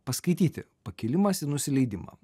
paskaityti pakilimas į nusileidimą